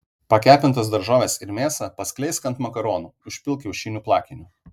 pakepintas daržoves ir mėsą paskleisk ant makaronų užpilk kiaušinių plakiniu